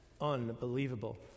unbelievable